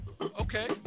Okay